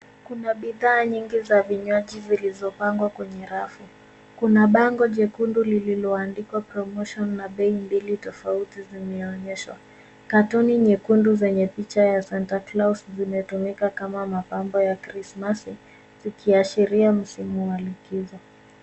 Kuna bidhaa nyingi za vinywaji zilizopangwa kwenye rafu, kuna bango jekundu lililoandikwa promotion na bei mbili tofauti zimeonyeshwa. Katoni nyekundu zenye picha ya Santa Claus zimetumika kama mapambo ya Krismasi, zikiashiria msimu wa likizo.